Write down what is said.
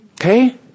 Okay